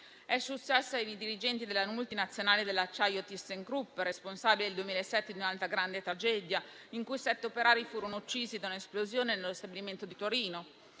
È successo ai dirigenti della multinazionale dell'acciaio ThyssenKrupp, responsabili, nel 2007, di un'altra grande tragedia, in cui sette operai furono uccisi da un'esplosione nello stabilimento di Torino;